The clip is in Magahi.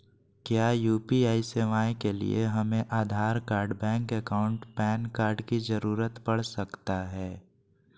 क्या यू.पी.आई सेवाएं के लिए हमें Aadhaar card bank account PAN card की जरूरत पड़ सकता है?